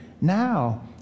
now